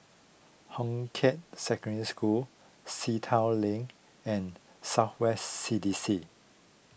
Hong Kah Secondary School Sea Town Lane and South West C D C